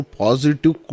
positive